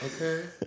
Okay